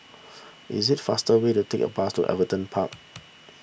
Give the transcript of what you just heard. it is faster way to take the bus to Everton Park